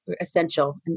essential